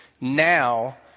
now